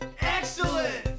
Excellent